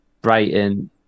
Brighton